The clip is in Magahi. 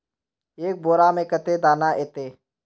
एक बोड़ा में कते दाना ऐते?